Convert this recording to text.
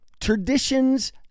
traditions